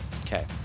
Okay